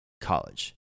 college